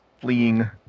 fleeing